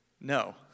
No